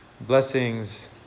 Blessings